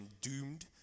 doomed